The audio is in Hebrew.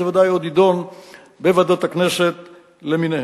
זה ודאי עוד יידון בוועדות הכנסת למיניהן.